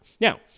Now